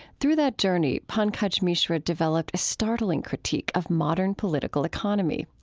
through that journey, pankaj mishra developed a startling critique of modern political economy.